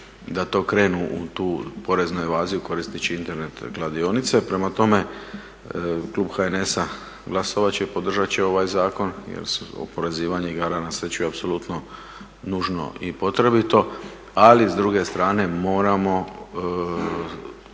da to krenu u tu poreznu evaziju koristeći Internet kladionice. Prema tome, klub HNS-a glasovat će i podržat će ovaj zakon jer oporezivanje igara na sreću je apsolutno nužno i potrebito. Ali, s druge strane moramo